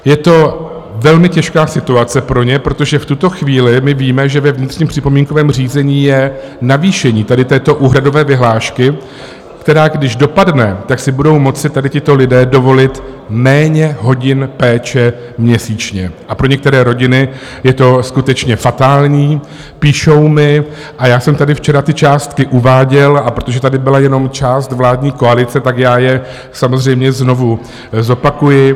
Je to velmi těžká situace pro ně, protože v tuto chvíli my víme, že ve vnitřním připomínkovém řízení je navýšení tady této úhradové vyhlášky, která když dopadne, tak si budou moci tady tito lidé dovolit méně hodin péče měsíčně a pro některé rodiny je to skutečně fatální, píšou mi a já jsem tady včera ty částky uváděl, a protože tady byla jenom část vládní koalice, tak je samozřejmě znovu zopakuji.